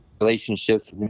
relationships